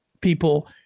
people